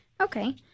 Okay